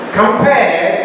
compare